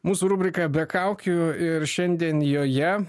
mūsų rubrika be kaukių ir šiandien joje